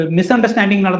misunderstanding